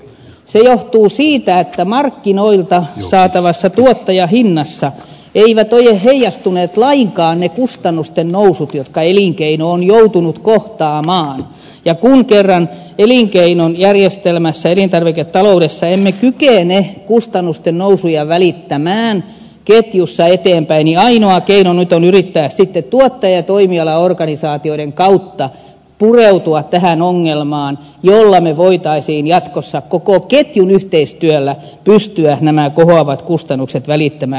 se johtuu siitä että markkinoilta saatavassa tuottajahinnassa eivät ole heijastuneet lainkaan ne kustannusten nousut jotka elinkeino on joutunut kohtaamaan ja kun kerran elinkeinon järjestelmässä elintarviketaloudessa emme kykene kustannusten nousuja välittämään ketjussa eteenpäin niin ainoa keino nyt on yrittää tuottaja ja toimialaorganisaatioiden kautta pureutua tähän ongelmaan jolloin me voisimme jatkossa koko ketjun yhteistyöllä pystyä nämä kohoavat kustannukset välittämään